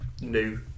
new